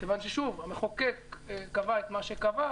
כיוון שהמחוקק קבע את מה שקבע,